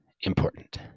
important